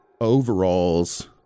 overalls